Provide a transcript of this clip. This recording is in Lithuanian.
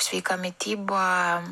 sveika mityba